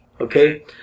Okay